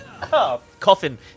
Coffin